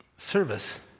Service